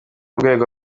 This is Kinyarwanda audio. rwego